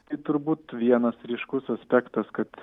tai turbūt vienas ryškus aspektas kad